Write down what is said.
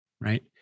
right